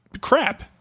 crap